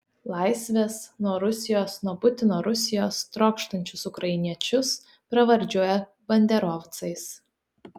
laisvės nuo rusijos nuo putino rusijos trokštančius ukrainiečius pravardžiuoja banderovcais